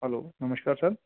hello ਨਮਸ਼ਕਾਰ sir